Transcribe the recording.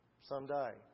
someday